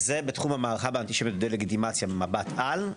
זה בתחום המערכה באנטישמיות ודה לגיטימציה במבט על.